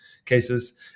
cases